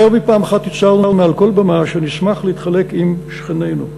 יותר מפעם אחת הצהרנו מעל כל במה שנשמח להתחלק עם שכנינו באתגרים,